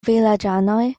vilaĝanoj